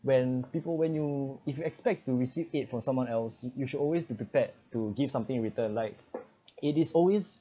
when people when you if you expect to receive it from someone else you should always be prepared to give something return like it is always